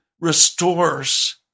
restores